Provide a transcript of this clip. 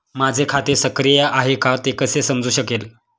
माझे खाते सक्रिय आहे का ते कसे समजू शकेल?